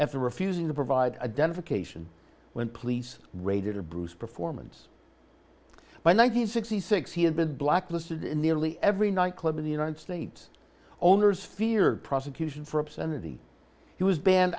after refusing to provide identification when police raided a bruce performance by one hundred sixty six he had been blacklisted in nearly every nightclub in the united states owners feared prosecution for obscenity he was banned